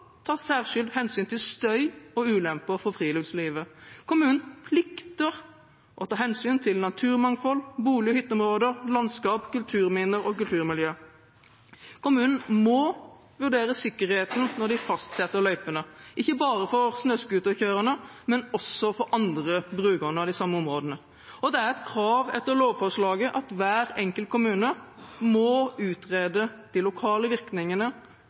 ta særskilt hensyn til støy og ulemper for friluftslivet. Kommunene plikter å ta hensyn til naturmangfold, bolig- og hytteområder, landskap, kulturminner og kulturmiljø. Kommunene må vurdere sikkerheten når de fastsetter løypene, ikke bare for snøscooterkjørerne, men også for andre brukere av de samme områdene. Og det er et krav etter lovforslaget at hver enkelt kommune må utrede de lokale virkningene